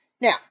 Now